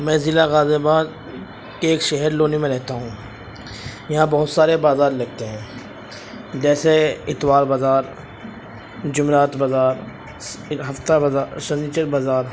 میں ضلع غازی آباد کے ایک شہر لونی میں رہتا ہوں یہاں بہت سارے بازار لگتے ہیں جیسے اتوار بازار جمعرات بازار ہفتہ بازا سنیچر بازار